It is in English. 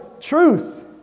truth